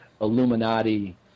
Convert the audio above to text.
Illuminati